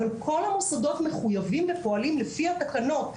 אבל כל המוסדות מחויבים ופועלים לפי התקנות.